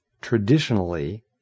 traditionally